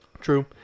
True